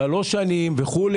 שלוש שנים וכו',